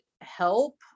help